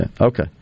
Okay